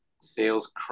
sales